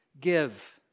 give